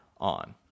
on